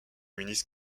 ministre